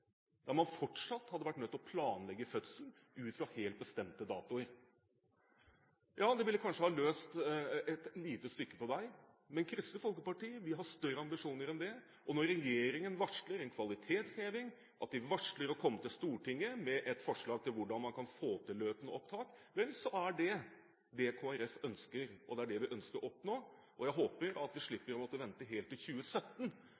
hadde vært nødt til å planlegge fødselen ut fra helt bestemte datoer. Ja, det ville kanskje være løst et lite stykke på vei, men Kristelig Folkeparti har større ambisjoner enn det. Når regjeringen varsler en kvalitetsheving, at de varsler at de vil komme til Stortinget med et forslag til hvordan man kan få til løpende opptak, er det det Kristelig Folkeparti ønsker, det er det vi ønsker å oppnå. Jeg håper at vi slipper å måtte vente helt til 2017